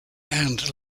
and